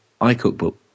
iCookbook